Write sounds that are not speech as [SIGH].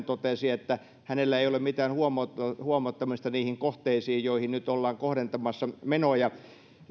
[UNINTELLIGIBLE] totesi että hänellä ei ole mitään huomauttamista huomauttamista niihin kohteisiin joihin nyt ollaan kohdentamassa menoja